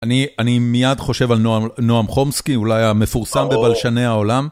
אני מיד חושב על נועם חומסקי, אולי המפורסם בבלשני העולם.